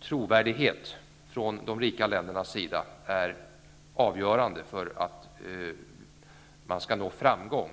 Trovärdighet från de rika ländernas sida är avgörande för att man skall nå framgång